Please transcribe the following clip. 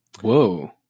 Whoa